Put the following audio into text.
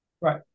Right